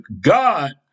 God